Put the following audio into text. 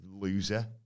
loser